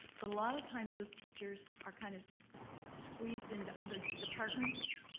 but a lot of times those teachers are kind of squeezed into other departments.